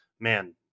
man